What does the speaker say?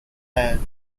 tire